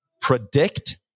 Predict